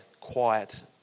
quiet